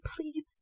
please